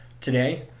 today